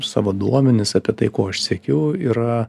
savo duomenis apie tai ko aš siekiu yra